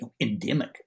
endemic